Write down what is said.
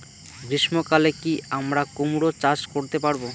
গ্রীষ্ম কালে কি আমরা কুমরো চাষ করতে পারবো?